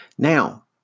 Now